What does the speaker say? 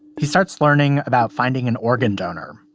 he starts learning about finding an organ donor,